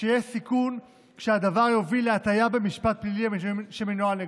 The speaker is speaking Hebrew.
כשיש סיכון שהדבר יוביל להטיה במשפט פלילי שמנוהל נגדו.